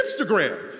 Instagram